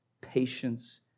patience